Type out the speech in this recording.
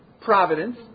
Providence